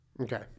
Okay